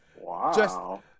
wow